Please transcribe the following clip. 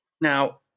Now